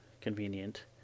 convenient